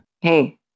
Hey